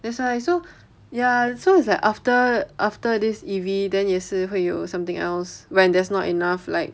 that's why so ya so it's like after after this E_V then 也是会有 something else when there's not enough like